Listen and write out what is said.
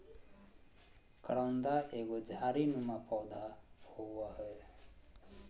करोंदा एगो झाड़ी नुमा पौधा होव हय